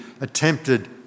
attempted